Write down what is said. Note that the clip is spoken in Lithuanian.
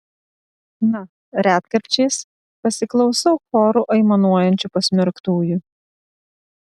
na retkarčiais pasiklausau choru aimanuojančių pasmerktųjų